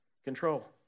Control